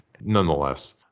Nonetheless